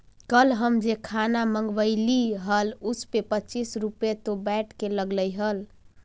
कल हम जे खाना मँगवइली हल उसपे पच्चीस रुपए तो वैट के लगलइ हल